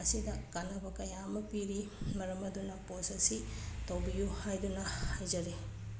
ꯑꯁꯤꯅ ꯀꯥꯟꯅꯕ ꯀꯌꯥ ꯑꯃ ꯄꯤꯔꯤ ꯃꯔꯝ ꯑꯗꯨꯅ ꯄꯣꯁ ꯑꯁꯤ ꯇꯧꯕꯤꯌꯨ ꯍꯥꯏꯗꯨꯅ ꯍꯥꯏꯖꯔꯤ